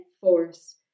force